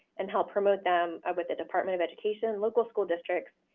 and helped promote them with the department of education, local school districts,